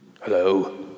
Hello